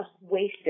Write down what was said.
wasted